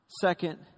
Second